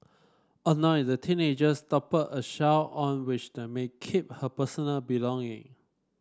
annoyed the teenagers toppled a shelf on which the maid kept her personal belonging